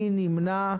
מי נמנע?